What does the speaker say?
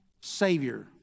savior